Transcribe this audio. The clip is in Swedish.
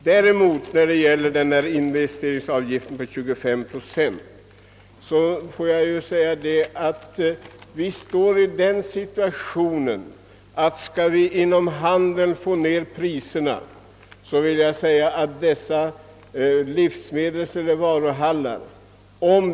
Så ytterligare några ord om investeringsavgiften på 25 procent! Skall vi inom handeln kunna pressa ned priserna måste vi genomföra de program som går ut på byggande av livsmedelsoch varuhallar.